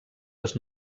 les